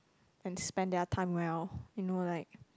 and spend their time well you know like